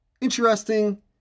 interesting